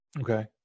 Okay